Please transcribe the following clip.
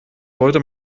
sollte